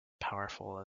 powerful